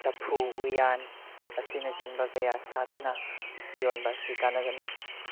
ꯆꯐꯨ ꯎꯌꯥꯟ ꯑꯁꯤꯅꯆꯤꯡꯕ ꯀꯌꯥ ꯁꯥꯗꯨꯅ ꯌꯣꯟꯕ ꯑꯁꯤ ꯀꯥꯟꯅꯒꯅꯤ